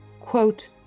Quote